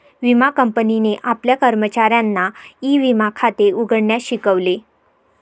विमा कंपनीने आपल्या कर्मचाऱ्यांना ई विमा खाते उघडण्यास शिकवले